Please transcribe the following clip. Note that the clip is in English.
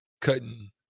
cutting